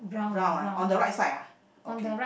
brown ah on the right side ah okay